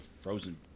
frozen